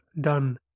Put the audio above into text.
done